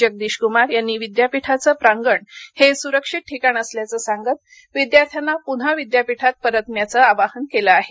जगदीशकुमार यांनी विद्यापीठाचं प्रांगण हे सुरक्षित ठिकाण असल्याचं सांगत विद्यार्थ्यांना पुन्हा विद्यापीठात परतण्याचं आवाहन केलं आहे